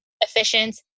efficient